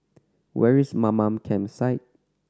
where is Mamam Campsite